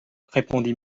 répondit